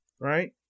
right